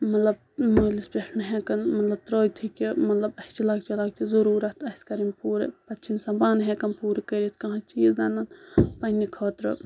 مطلب مٲلِس پؠٹھ نہٕ ٮ۪ؠکان مطلب ترٲوتھٕے کینٛہہ مطلب اسہِ چھِ لۄکچہِ لۄکچہِ ضروٗرتھ آسہِ کَرنہِ پوٗرٕ پَتہٕ چھُ اِنسان پَانہٕ ہؠکان پوُر کٔرِتھ کانہہ چیٖز اَنان پَننہِ خٲطرٕ